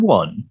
one